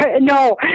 no